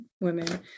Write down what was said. women